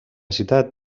ciutat